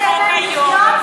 אתה לא נותן להם לחיות,